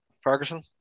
Ferguson